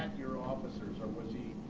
your officers or was he,